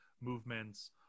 movements